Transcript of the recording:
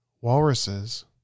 walruses